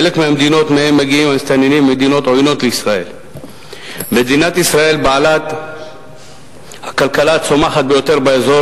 זאת בעיה קשה ביותר, בעיה קשה ביותר,